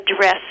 dress